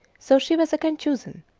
so she was again chosen,